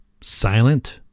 Silent